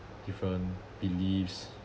different beliefs